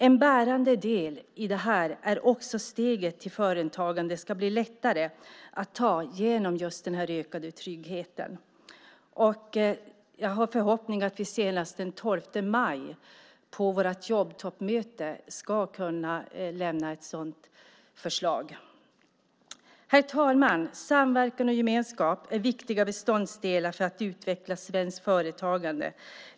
En bärande del i detta är att steget till företagande ska bli lättare att ta med hjälp av den ökade tryggheten. Jag har förhoppningen att vi senast den 12 maj på vårt jobbtoppmöte ska kunna lämna ett sådant förslag. Herr talman! Samverkan och gemenskap är viktiga beståndsdelar för att utveckla svenskt företagande.